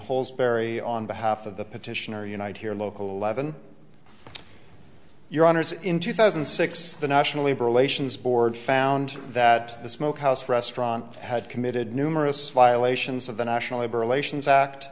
holes barry on behalf of the petitioner unite here local eleven your honour's in two thousand and six the national labor relations board found that the smoke house restaurant had committed numerous violations of the national labor relations act